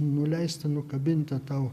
nuleista nukabinta tau